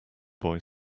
boy